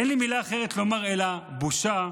אין לי מילה אחרת לומר אלא, בושה,